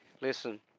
Listen